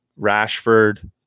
Rashford